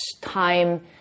time